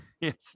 Yes